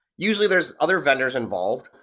usually there's other vendors involved.